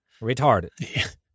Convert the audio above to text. Retarded